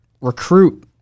recruit